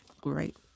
Great